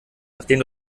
nachdem